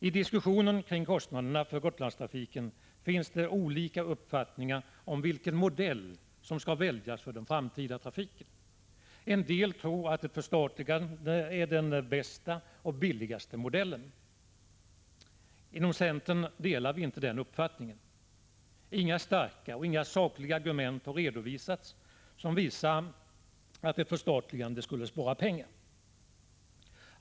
I diskussionen om kostnaderna för Gotlandstrafiken finns det olika uppfattningar om vilken modell man skall välja för den framtida trafiken. En del tror att ett förstatligande är den bästa och billigaste modellen. Viicentern delar inte den uppfattningen. Inga starka och sakliga argument har redovisats som visar att ett förstatligande skulle spara pengar.